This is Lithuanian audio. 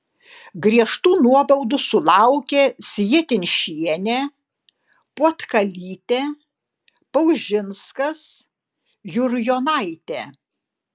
griežtų nuobaudų sulaukė sietinšienė puotkalytė paužinskas jurjonaitė